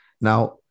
Now